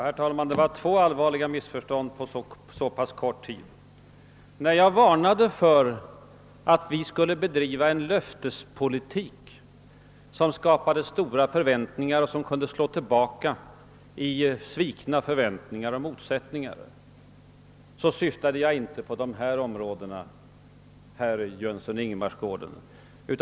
Herr talman! Två allvarliga missförstånd på så kort tid! När jag varnade för att bedriva löftespolitik som kunde skapa alltför stora förväntningar och slå tillbaka i svikna förhoppningar och skapa motsättningar syftade jag inte på de områden som herr Jönsson i Ingemarsgården nu talar om.